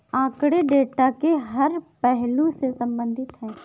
आंकड़े डेटा के हर पहलू से संबंधित है